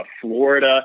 Florida